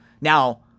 Now